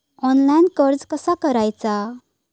Online कर्ज कसा करायचा?